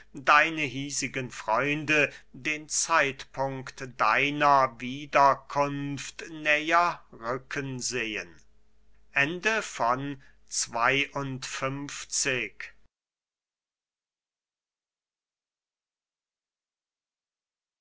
deine hiesigen freunde den zeitpunkt deiner wiederkunft näher rücken sehen